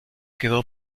quedó